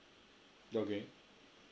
okay